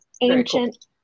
ancient